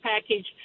package